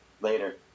later